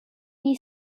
gli